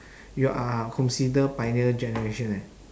you are consider pioneer generation eh